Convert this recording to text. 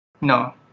no